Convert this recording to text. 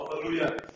Hallelujah